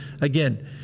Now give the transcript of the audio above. again